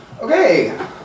Okay